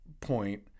point